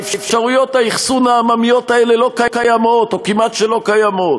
אפשרויות האכסון העממיות האלה לא קיימות או כמעט שלא קיימות,